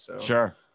Sure